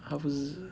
他不是